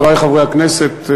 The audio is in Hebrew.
חברי חברי הכנסת,